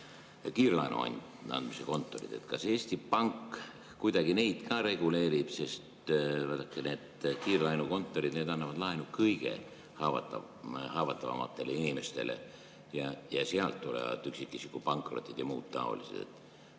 kiirlaenude andmise kontorid. Kas Eesti Pank kuidagi neid ka reguleerib? Vaadake, need kiirlaenukontorid annavad laenu kõige haavatavamatele inimestele ja sealt tulevad üksikisikute pankrotid ja muud taolised.